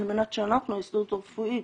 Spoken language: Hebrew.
על מנת שאנחנו, ההסתדרות הרפואית,